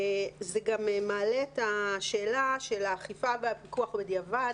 זה גם מעלה את השאלה של האכיפה והפיקוח בדיעבד,